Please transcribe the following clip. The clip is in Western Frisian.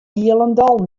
hielendal